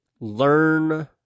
learn